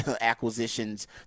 acquisitions